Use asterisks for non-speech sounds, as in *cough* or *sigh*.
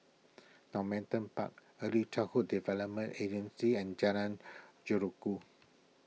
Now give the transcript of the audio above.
Normanton Park Early Childhood Development Agency and Jalan *unintelligible*